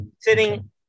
sitting